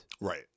right